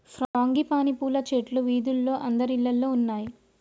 frangipani పూల చెట్లు వీధిలో అందరిల్లల్లో ఉన్నాయి